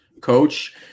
coach